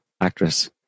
Actress